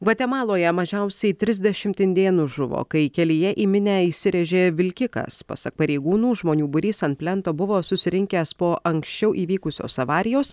gvatemaloje mažiausiai trisdešimt indėnų žuvo kai kelyje į minią įsirėžė vilkikas pasak pareigūnų žmonių būrys ant plento buvo susirinkęs po anksčiau įvykusios avarijos